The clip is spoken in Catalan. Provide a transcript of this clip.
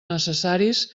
necessaris